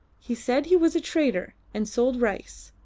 he said he was a trader, and sold rice.